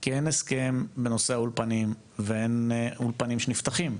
כי אין הסכם בנושא האולפנים ואין אולפנים שנפתחים.